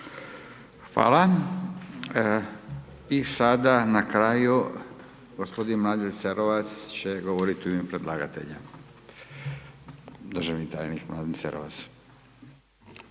Hvala. I sada na kraju gospodin Mladen Cerovac će govoriti u ime predlagatelja. **Cerovac,